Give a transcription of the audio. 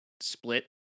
split